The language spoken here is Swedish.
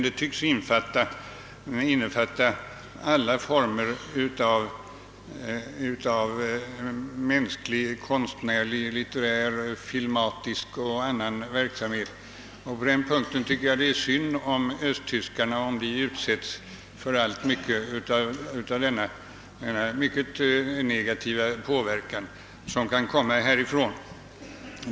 Det tycks dock innefatta alla former av mänsklig, konstnärlig, litterär, filmatisk och annan verksamhet. Det är synd om östtyskarna om de utsätts för alltför mycket av den mycket negativa påverkan som kan komma från Sverige.